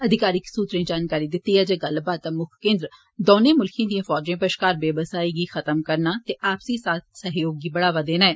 अधिकारिक सूत्रे जानकारी दित्ती ऐ जे गल्लबात दा मुक्ख केन्द्र दौने मुल्खे दिए फौजें बश्कार बेवसाही गी खत्म करना ते आपसी साथ सैहयोग गी बढ़ावा देना ऐ